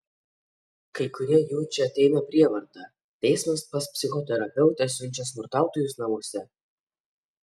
kai kurie jų čia ateina prievarta teismas pas psichoterapeutę siunčia smurtautojus namuose